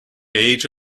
age